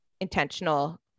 intentional